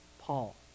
paul